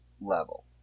level